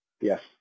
Yes